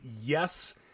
yes